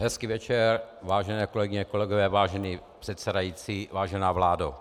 Hezký večer, vážené kolegyně, kolegové, vážený předsedající, vážená vládo.